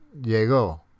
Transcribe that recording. Llegó